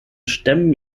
stämmen